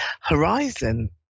horizon